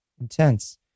Intense